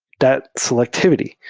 that selectivity.